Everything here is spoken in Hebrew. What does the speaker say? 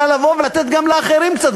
אלא לבוא ולתת גם לאחרים קצת.